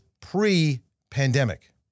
pre-pandemic